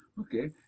Okay